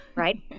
Right